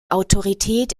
autorität